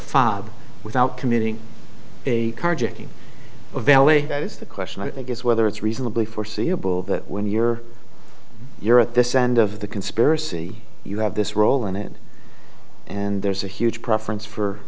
father without committing a carjacking a valet that is the question i think is whether it's reasonably foreseeable that when you're you're at this end of the conspiracy you have this role in it and there's a huge preference for